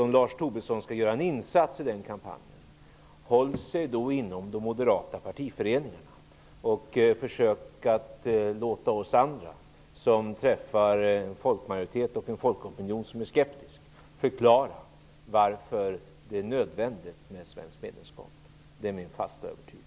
Om Lars Tobisson skall göra en insats i den kampanjen, skall han hålla sig inom de moderata partiföreningarna och försöka att låta oss andra, som träffar en folkmajoritet och en folkopinion som är skeptisk, förklara varför det är nödvändigt med ett svenskt medlemskap. Det är min fasta övertygelse.